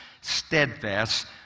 Steadfast